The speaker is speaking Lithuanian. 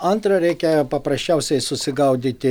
antra reikia paprasčiausiai susigaudyti